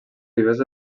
vivers